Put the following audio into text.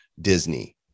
Disney